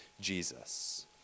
Jesus